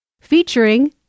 featuring